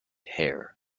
hair